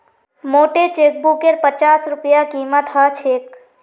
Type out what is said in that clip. मोटे चेकबुकेर पच्चास रूपए कीमत ह छेक